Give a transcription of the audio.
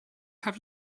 have